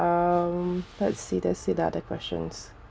um let's see let's see the other questions